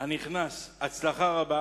הנכנס הצלחה רבה